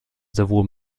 sowohl